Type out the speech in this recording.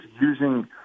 using